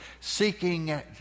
seeking